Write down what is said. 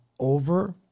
Over